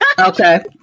Okay